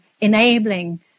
enabling